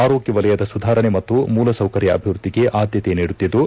ಆರೋಗ್ಯ ವಲಯದ ಸುಧಾರಣೆ ಮತ್ತು ಮೂಲ ಸೌಕರ್ಯ ಅಭಿವೃದ್ಧಿಗೆ ಆದ್ಯತೆ ನೀಡುತ್ತಿದ್ದು